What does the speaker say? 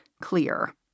clear